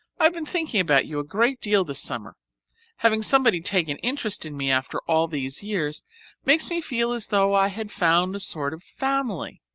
i have been thinking about you a great deal this summer having somebody take an interest in me after all these years makes me feel as though i had found a sort of family.